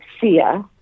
Sia